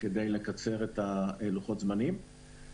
כדי לקצר את לוחות הזמנים.